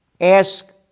Ask